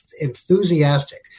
enthusiastic